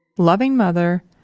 loving mother,